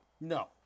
No